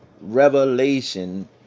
revelation